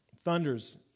thunders